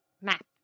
map